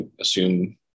assume